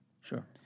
sure